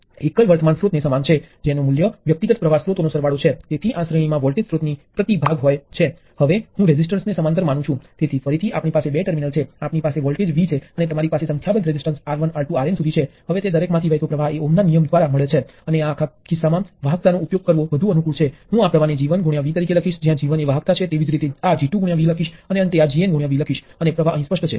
આ સંપૂર્ણ કાનૂની જોડાણ છે પ્ર્વાહ સ્ત્રોતમાંથી વોલ્ટેજ કંઈપણ હોઈ શકે છે વોલ્ટેજ સ્ત્રોત દ્વારા પ્રવાહ I કંઈપણ હોઈ શકે છે